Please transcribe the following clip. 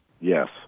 Yes